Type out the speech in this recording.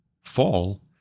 fall